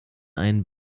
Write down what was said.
einen